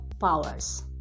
powers